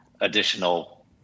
additional